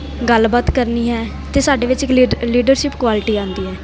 ਗੱਲਬਾਤ ਕਰਨੀ ਹੈ ਅਤੇ ਸਾਡੇ ਵਿੱਚ ਇੱਕ ਲੀਡ ਲੀਡਰਸ਼ਿਪ ਕੁਆਲਿਟੀ ਆਉਂਦੀ ਹੈ